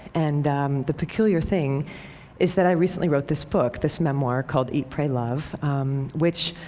and the peculiar thing is that i recently wrote this book, this memoir called eat, pray, love which,